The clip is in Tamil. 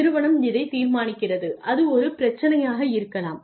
நிறுவனம் இதைத் தீர்மானிக்கிறது அது ஒரு பிரச்சனையாக இருக்கலாம்